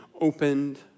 opened